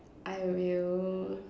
I will